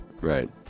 Right